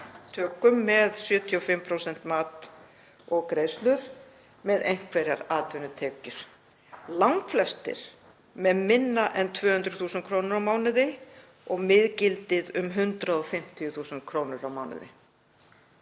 með 75% mat og greiðslur, með einhverjar atvinnutekjur. Langflestir voru með minna en 200.000 kr. á mánuði og miðgildið um 150.000 kr. á mánuði.